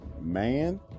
Man